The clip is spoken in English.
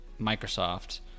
Microsoft